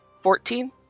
Fourteen